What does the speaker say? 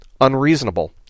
unreasonable